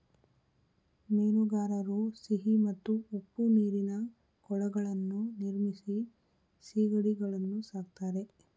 ಮೀನುಗಾರರು ಸಿಹಿ ಮತ್ತು ಉಪ್ಪು ನೀರಿನ ಕೊಳಗಳನ್ನು ನಿರ್ಮಿಸಿ ಸಿಗಡಿಗಳನ್ನು ಸಾಕ್ತರೆ